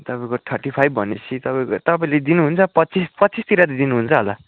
तपाईँको thirty five भनेपछि तपाईँको तपाईँले दिनुहुन्छ पच्चिस पच्चिसतिर त दिनुहुन्छ होला